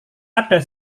ada